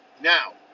Now